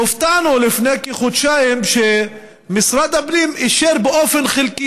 הופתענו לפני כחודשיים שמשרד הפנים אישר באופן חלקי,